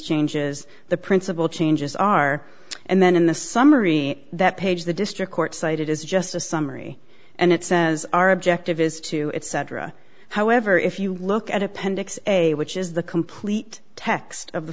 changes the principle changes are and then in the summary that page the district court cited is just a summary and it says our objective is to etc however if you look at appendix a which is the complete text of the